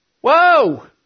Whoa